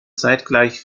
zeitgleich